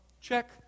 check